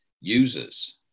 users